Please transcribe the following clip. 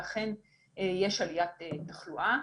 אכן יש עליית תחלואה,